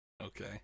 Okay